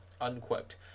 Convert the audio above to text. unquote